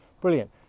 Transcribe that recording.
brilliant